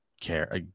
care